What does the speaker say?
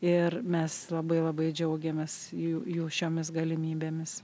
ir mes labai labai džiaugiamės jų jų šiomis galimybėmis